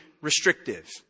restrictive